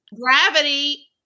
Gravity